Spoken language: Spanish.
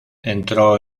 entró